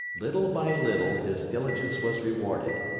little by little his diligence was rewarded.